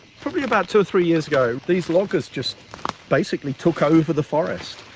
probably about two or three years ago these loggers just basically took over the forest,